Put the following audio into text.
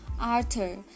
Arthur